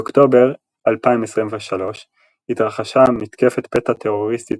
באוקטובר 2023 התרחשה מתקפת פתע טרוריסטית